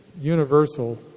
universal